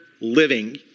Living